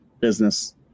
business